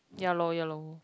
ya loh ya lor